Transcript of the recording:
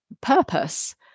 purpose